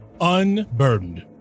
unburdened